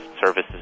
services